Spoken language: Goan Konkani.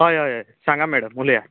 हय हय हय सांगा मेडम उलयां